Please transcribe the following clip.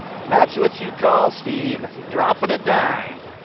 that's what you call, steve, dropping a dime.